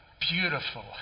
beautiful